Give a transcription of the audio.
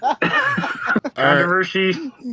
Controversy